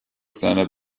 seiner